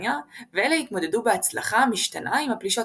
בבריטניה ואלה התמודדו בהצלחה משתנה עם הפלישות